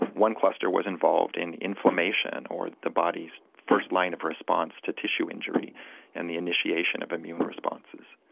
one cluster was involved in inflammation or the body's first line of response to tissue injury and the initiation of immune responses.